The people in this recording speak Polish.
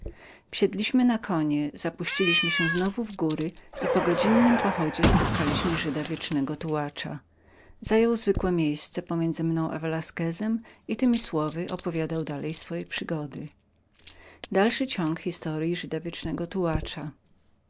wsiedliśmy na konie zapuściliśmy się znowu w góry i po godzinnym pochodzie spostrzegliśmy żyda wiecznego tułacza zajął zwykłe miejsce i temi słowy opowiadał dalej swoje przygody